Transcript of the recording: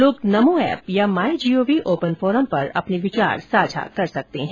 लोग नमो एप या My Gov open forum पर अपने विचार साझा कर सकते हैं